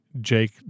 Jake